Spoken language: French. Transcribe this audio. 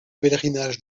pèlerinage